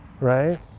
Right